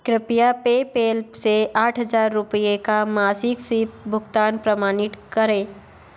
कृपया पेपैल से आठ हज़ार रुपये का मासिक सिप भुगतान प्रमाणित करें